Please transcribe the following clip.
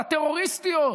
הטרוריסטיות,